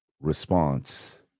Response